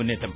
മുന്നേറ്റം